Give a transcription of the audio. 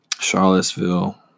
Charlottesville